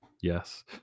Yes